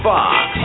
Fox